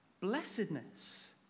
blessedness